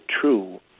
true